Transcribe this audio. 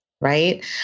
right